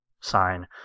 sign